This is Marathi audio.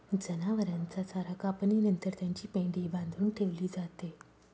जनावरांचा चारा कापणी नंतर त्याची पेंढी बांधून ठेवली जाते